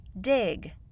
dig